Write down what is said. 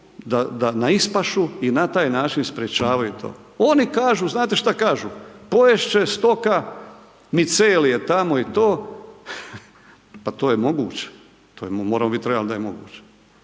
na ispašu i na taj način sprječavaju to. Oni kažu, znate šta kažu? Pojest će stoka micelije tamo i to, pa to je moguće, moramo bit realni da je moguće